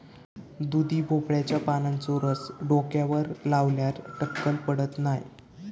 दुधी भोपळ्याच्या पानांचो रस डोक्यावर लावल्यार टक्कल पडत नाय